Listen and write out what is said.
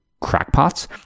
crackpots